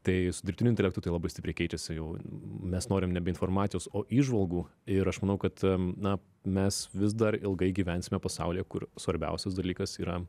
tai su dirbtiniu intelektu tai labai stipriai keičiasi jau mes norim nebe informacijos o įžvalgų ir aš manau kad na mes vis dar ilgai gyvensime pasaulyje kur svarbiausias dalykas yra